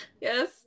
yes